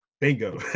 Bingo